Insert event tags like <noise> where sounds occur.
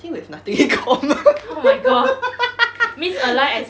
I think we have nothing in common <laughs> <breath>